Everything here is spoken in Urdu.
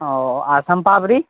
اوہ اور سون پاپڑی